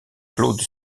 claude